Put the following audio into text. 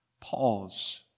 pause